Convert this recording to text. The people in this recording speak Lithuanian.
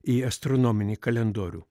į astronominį kalendorių